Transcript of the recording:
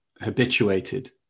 habituated